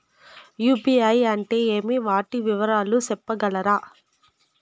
UPI అంటే ఏమి? వాటి వివరాలు సెప్పగలరా?